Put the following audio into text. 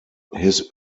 his